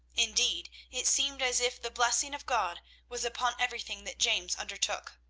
indeed, it seemed as if the blessing of god was upon everything that james undertook.